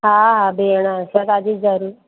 हा हा भेण असां तव्हांजी ज़रूर